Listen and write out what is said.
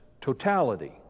totality